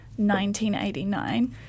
1989